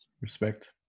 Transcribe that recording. respect